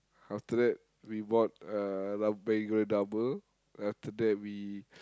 after that we bought uh a lot of mee-goreng double after that we